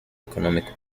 economic